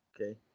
Okay